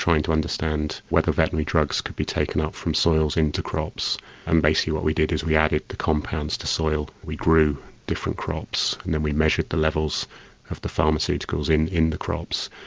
to understand whether veterinary drugs could be taken up from soils into crops and basically what we did was we added the compounds to soil, we grew different crops and then we measured the levels of the pharmaceuticals in in the crops.